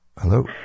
Hello